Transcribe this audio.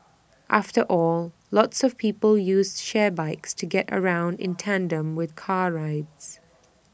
after all lots of people use shared bikes to get around in tandem with car rides